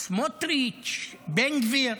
סמוטריץ', בן גביר,